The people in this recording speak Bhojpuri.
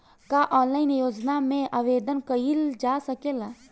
का ऑनलाइन योजना में आवेदन कईल जा सकेला?